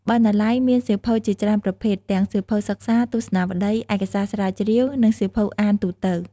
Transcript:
បណ្ណាល័យមានសៀវភៅជាច្រើនប្រភេទ ទាំងសៀវភៅសិក្សា ទស្សនាវដ្ដី ឯកសារស្រាវជ្រាវ និងសៀវភៅអានទូទៅ។